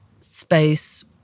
space